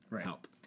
help